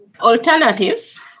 Alternatives